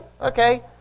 Okay